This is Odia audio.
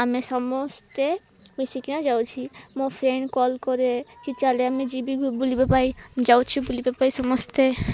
ଆମେ ସମସ୍ତେ ମିଶିକିନା ଯାଉଛି ମୋ ଫ୍ରେଣ୍ଡ୍ କଲ୍ କରେ କି ଚାଲେ ଆମେ ଯିବି ବୁଲିବା ପାଇଁ ଯାଉଛି ବୁଲିବା ପାଇଁ ସମସ୍ତେ